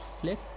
flip